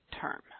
term